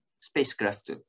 spacecraft